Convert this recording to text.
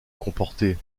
comporter